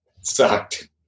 Sucked